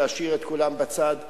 להשאיר את כולם בצד,